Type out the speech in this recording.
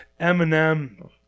Eminem